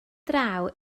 draw